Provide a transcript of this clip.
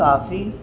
کافی